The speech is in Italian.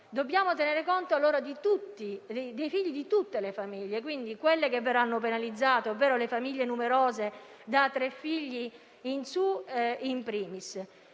Dobbiamo tenere conto allora dei figli di tutte le famiglie e, *in primis*, di quelle che verranno penalizzate, ovvero le famiglie numerose dai tre figli in su.